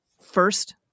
First